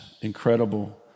incredible